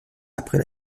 après